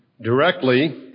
Directly